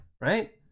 right